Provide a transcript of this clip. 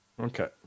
Okay